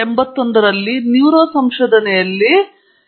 1981 ರಲ್ಲಿ ನ್ಯೂರೋ ಸಂಶೋಧನೆಯಲ್ಲಿ ಸ್ಪೆರಿಯು ತನ್ನ Nobel Prize ಪಡೆದರು